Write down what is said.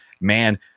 Man